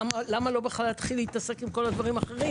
למה לו בכלל להתחיל להתעסק עם כל הדברים האחרים?